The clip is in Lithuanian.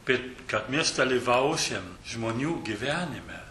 bet kad mes dalyvausim žmonių gyvenime